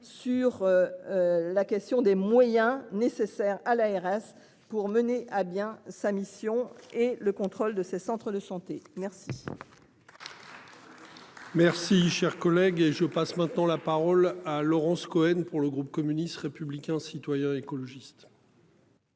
sur. La question des moyens nécessaires à l'ARS pour mener à bien sa mission et le contrôle de ces centres de santé. Merci. Merci cher collègue. Et je passe maintenant la parole à Laurence Cohen pour le groupe communiste, républicain, citoyen et écologiste.